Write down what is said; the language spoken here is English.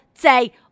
Say